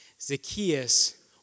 Zacchaeus